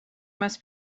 must